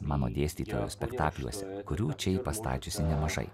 mano dėstytojo spektakliuose kurių čia ji pastačiusi nemažai